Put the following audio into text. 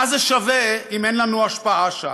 מה זה שווה אם אין לנו השפעה שם?